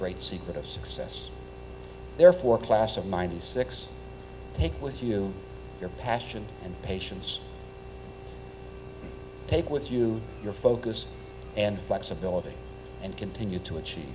great secret of success therefore class of ninety six take with you your passion and patients take with you your focus and but civility and continue to achieve